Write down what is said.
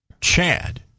Chad